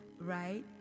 Right